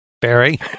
Barry